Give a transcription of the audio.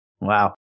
Wow